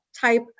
type